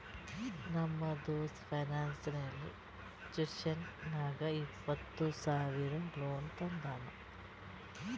ನಮ್ ದೋಸ್ತ financial institution ನಾಗ್ ಇಪ್ಪತ್ತ ಸಾವಿರ ಲೋನ್ ತಂದಾನ್